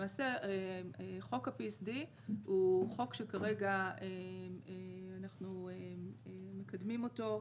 למעשה חוק ה-PSD הוא חוק שכרגע אנחנו מקדמים אותו.